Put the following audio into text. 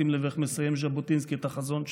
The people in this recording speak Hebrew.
שים לב איך מסיים ז'בוטינסקי את החזון שלו: